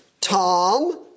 Tom